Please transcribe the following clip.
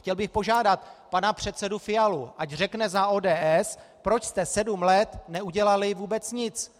Chtěl bych požádat pana předsedu Fialu, ať řekne za ODS, proč jste sedm let neudělali vůbec nic.